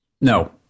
no